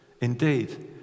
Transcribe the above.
Indeed